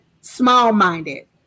small-minded